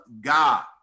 God